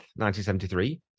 1973